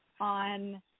on